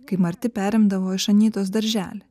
kai marti perimdavo iš anytos darželį